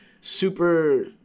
super –